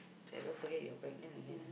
don't forget you are pregnant again